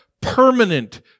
permanent